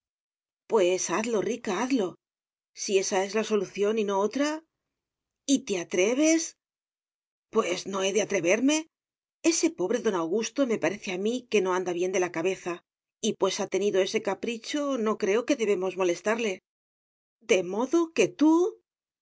hazlo rica hazlo si ésa es la solución y no otra y te atreves pues no he de atreverme ese pobre don augusto me parece a mí que no anda bien de la cabeza y pues ha tenido ese capricho no creo que debemos molestarle de modo que tú